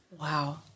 wow